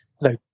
no